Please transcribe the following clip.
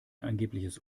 angebliches